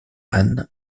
ann